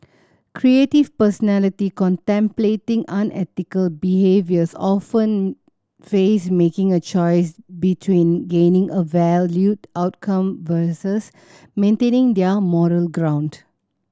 creative personality contemplating unethical behaviours often face making a choice between gaining a valued outcome versus maintaining their moral ground